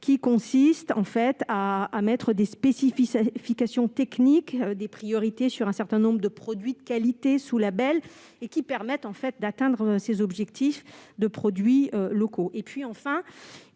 qui consiste en fait à à mettre des spécificités fication technique des priorités sur un certain nombre de produits de qualité sous Label et qui permet en fait d'atteindre ses objectifs de produits locaux et puis enfin